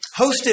hosted